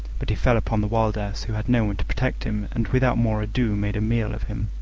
but he fell upon the wild ass, who had no one to protect him, and without more ado made a meal of him.